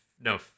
No